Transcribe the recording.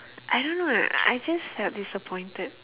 I don't know eh I just felt disappointed